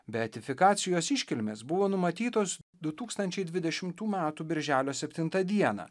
beatifikacijos iškilmės buvo numatytos du tūkstančiai dvidešimtų metų birželio septintą dieną